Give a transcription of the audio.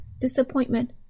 disappointment